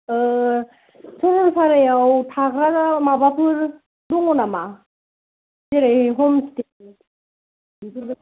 सरलपारायाव थाग्रा माबाफोर दङ नामा जेरै हम स्टे बेफोरबायदि